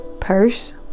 purse